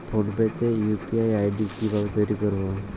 Phone pay তে UPI ID কি ভাবে তৈরি করবো?